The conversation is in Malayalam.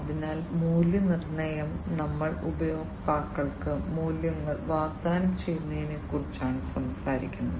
അതിനാൽ മൂല്യനിർണ്ണയം ഞങ്ങൾ ഉപഭോക്താക്കൾക്ക് മൂല്യങ്ങൾ വാഗ്ദാനം ചെയ്യുന്നതിനെക്കുറിച്ചാണ് സംസാരിക്കുന്നത്